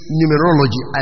numerology